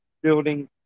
Building